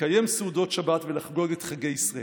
לקיים סעודות שבת ולחגוג את חגי ישראל".